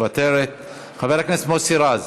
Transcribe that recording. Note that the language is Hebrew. מוותרת, חבר הכנסת מוסי רז?